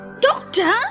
Doctor